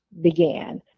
began